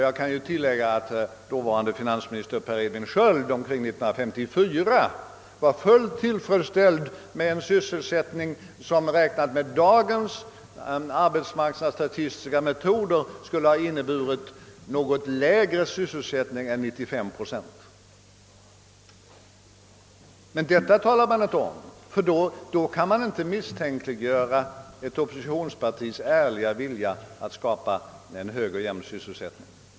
Jag kan tillägga att finansminister Per Edvin Sköld så sent som omkring år 1954 var fullt tillfredsställd med en sysselsättning som, beräknad enligt dagens arbetsmarknadsstatistiska metoder, skulle ha inneburit något lägre sysselsättning än 95 procent. Men detta talar man inte om, ty då kan man inte misstänkliggöra ett oppositionspartis ärliga vilja att skapa en hög och jämn sysselsättning.